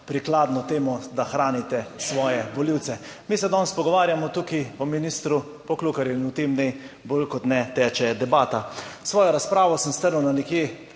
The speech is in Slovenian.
prikladno temo, da hranite svoje volivce. Mi se danes pogovarjamo tukaj o ministru Poklukarju in o tem naj bolj kot ne teče debata. Svojo razpravo sem strnil na nekje